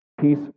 Peace